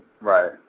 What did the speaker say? Right